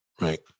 right